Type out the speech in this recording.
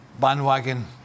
bandwagon